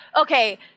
okay –